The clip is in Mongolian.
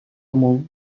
мөн